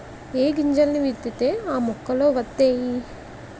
ఏ గింజల్ని విత్తితే ఆ మొక్కలే వతైయి